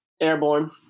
Airborne